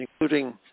including